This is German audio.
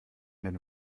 den